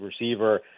receiver